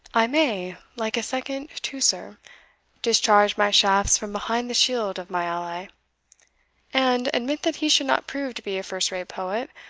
i may, like a second teucer, discharge my shafts from behind the shield of my ally and, admit that he should not prove to be a first-rate poet,